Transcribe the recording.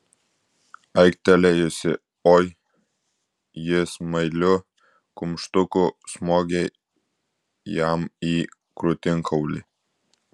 aiktelėjusi oi ji smailiu kumštuku smogė jam į krūtinkaulį